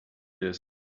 disk